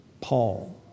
Paul